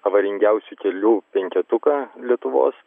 avaringiausių kelių penketuką lietuvos